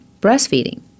breastfeeding